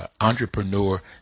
entrepreneur